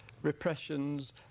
repressions